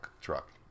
truck